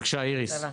בבקשה איריס.